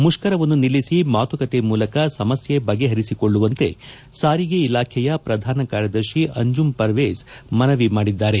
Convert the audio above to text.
ಮುಷ್ಠರವನ್ನು ನಿಲ್ಲಿಸಿ ಮಾತುಕತೆ ಮೂಲಕ ಸಮಸ್ತೆ ಬಗೆಪರಿಸಿಕೊಳ್ಳುವಂತೆ ಸಾರಿಗೆ ಇಲಾಖೆಯ ಪ್ರಧಾನ ಕಾರ್ಯದರ್ಶಿ ಅಂಜಂ ಪರ್ವೇಜ್ ಮನವಿ ಮಾಡಿದ್ದಾರೆ